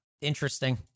Interesting